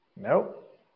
Nope